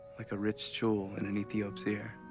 like a rich jewel in an ethiope's ear.